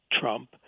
Trump